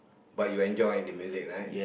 but you enjoy the music right